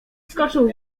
skoczył